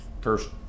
first